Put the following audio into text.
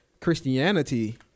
Christianity